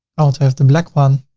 ah to have the black one.